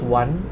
one